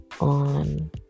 on